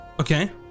okay